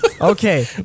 Okay